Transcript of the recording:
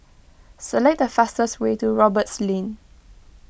select the fastest way to Roberts Lane